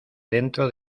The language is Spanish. dentro